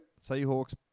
Seahawks